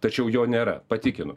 tačiau jo nėra patikinu